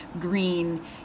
green